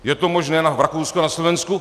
Je to možné v Rakousku a na Slovensku?